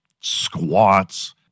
squats